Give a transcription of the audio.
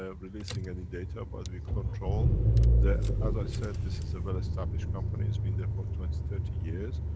ah releasing any data, but we control the, as i said, this is a well established company it's been there for twenty thirty years,